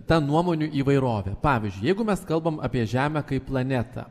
ta nuomonių įvairovė pavyzdžiui jeigu mes kalbam apie žemę kaip planetą